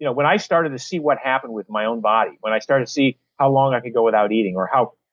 yeah when i started to see what happened with my own body, when i started to see how long i could go without eating or how.